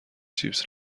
چیپس